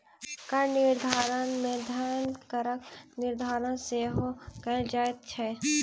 कर निर्धारण मे धन करक निर्धारण सेहो कयल जाइत छै